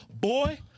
boy